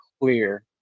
clear